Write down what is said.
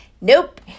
Nope